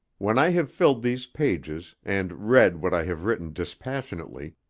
when i have filled these pages, and read what i have written dispassionately,